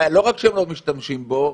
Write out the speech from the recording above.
לא רק שהם לא משתמשים בו,